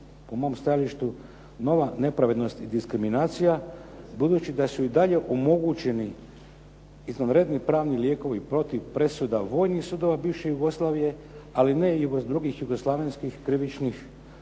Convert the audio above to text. po mom stajalištu nova nepravednost i diskriminacija budući da su i dalje omogućeni izvanredni pravni lijekovi protiv presuda vojnih sudova bivše Jugoslavije, ali ne i drugih jugoslavenskih krivičnih